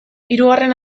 hirugarren